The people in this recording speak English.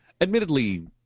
Admittedly